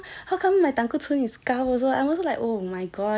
how come how come my 胆固醇有点高 also I'm also like oh my gosh why then I yeah